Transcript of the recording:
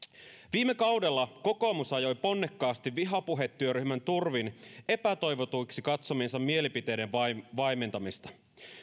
viime kaudella kokoomus ajoi ponnekkaasti vihapuhetyöryhmän turvin epätoivotuiksi katsomiensa mielipiteiden vaimentamista